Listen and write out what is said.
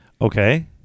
Okay